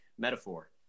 Metaphor